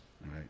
right